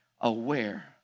aware